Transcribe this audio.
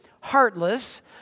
heartless